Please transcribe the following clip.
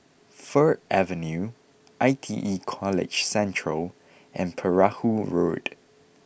Fir Avenue I T E College Central and Perahu Road